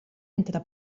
entre